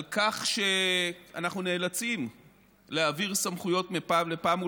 על כך שאנחנו נאלצים להעביר סמכויות מפעם לפעם,